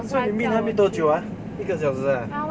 so we meet 那边多久啊一个小时啊